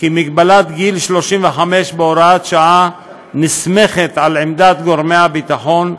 שמגבלת גיל 35 בהוראת השעה נסמכת על עמדת גורמי הביטחון,